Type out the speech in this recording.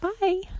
Bye